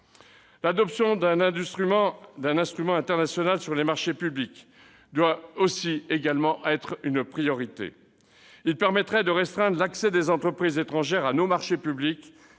L'adoption d'un instrument international sur les marchés publics doit également être une priorité. Un tel outil permettrait de restreindre l'accès des entreprises étrangères à nos marchés publics